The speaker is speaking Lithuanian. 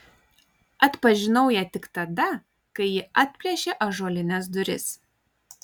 atpažinau ją tik tada kai ji atplėšė ąžuolines duris